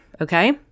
Okay